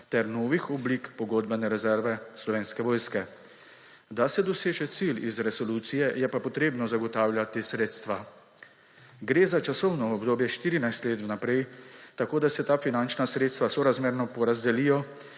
ter novih oblik pogodbene rezerve Slovenske vojske. Da se doseže cilj iz resolucije, je pa potrebno zagotavljati sredstva. Gre za časovno obdobje 14 let vnaprej, tako da se ta finančna sredstva sorazmerno porazdelijo